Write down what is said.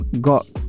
got